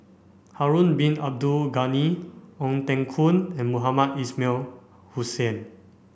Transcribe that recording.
Harun Bin Abdul Ghani Ong Teng Koon and Mohamed Ismail Hussain